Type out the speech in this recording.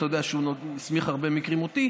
אתה יודע שהוא בהרבה מקרים הסמיך אותי,